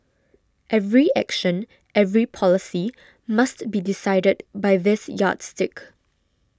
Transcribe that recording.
every action every policy must be decided by this yardstick